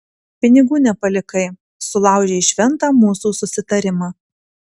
pinigų nepalikai sulaužei šventą mūsų susitarimą